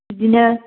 बेबायदिनो